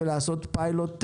ולעשות פיילוט מדורג.